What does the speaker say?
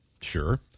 Sure